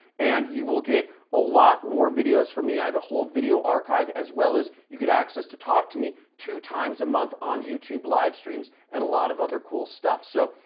and you will get a lot more videos for me. i have a whole video archive as well as you get access to talk to me two times a month on youtube live streams and a lot of other cool stuff. so,